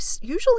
usually